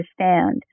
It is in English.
understand